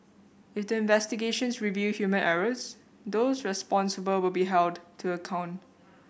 if the investigations reveal human errors those responsible will be held to account